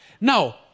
Now